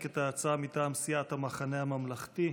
את ההצעה מטעם סיעת המחנה הממלכתי.